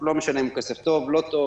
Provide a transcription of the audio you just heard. לא משנה אם הוא כסף טוב או לא טוב,